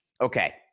Okay